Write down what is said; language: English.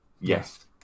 Yes